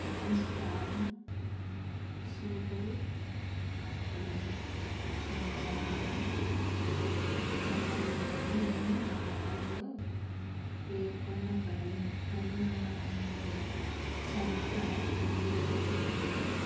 transform super పప్పులు సమ్మేళన సమ్మేళనాన్ని నేను ఆర్డర్లో పేర్కొన్న పరి పరిమాణంలో సరిగ్గా డెలివరీ చెయ్యలేదు